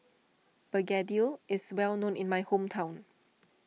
Begedil is well known in my hometown